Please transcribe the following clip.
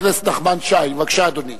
אדוני